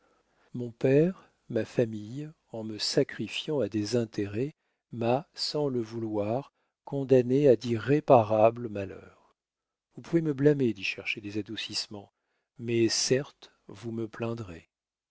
mon père ma famille en me sacrifiant à des intérêts m'a sans le vouloir condamnée à d'irréparables malheurs vous pouvez me blâmer d'y chercher des adoucissements mais certes vous me plaindrez